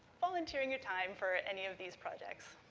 volunteering your time for any of these projects.